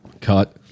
Cut